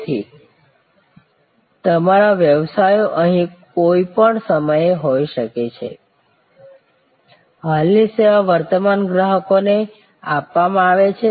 તેથી તમામ વ્યવસાયો અહીં કોઈપણ સમયે હોય છે હાલની સેવા વર્તમાન ગ્રાહકોને આપવા માં આવે છે